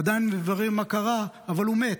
עדיין מבררים מה קרה, אבל הוא מת.